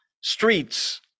Streets